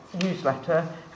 Newsletter